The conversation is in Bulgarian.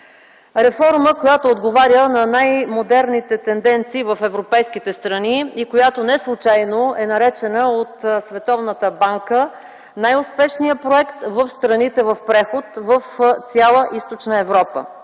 реформа, която отговаря на най-модерните тенденции в европейските страна и която неслучайно е наречена от Световната банка „най-успешният проект в страните в преход в цяла Източна Европа”,